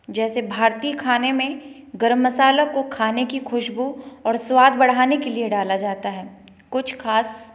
जैसे भारतीय खाने में गरम मसाला को खाने की खुशबू और स्वाद बढ़ाने के लिए डाला जाता है कुछ खास